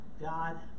God